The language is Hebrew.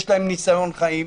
יש להם ניסיון חיים,